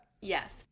Yes